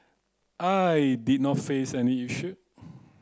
I did not face any issue